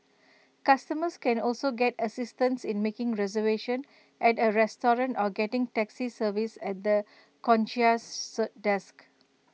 customers can also get assistance in making reservation at A restaurant or getting taxi service at the concierge desk